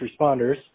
responders